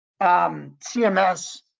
CMS